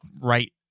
right